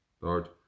Lord